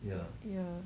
yeah